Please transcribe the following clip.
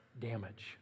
Damage